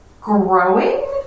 growing